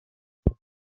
there